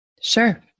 Sure